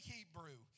Hebrew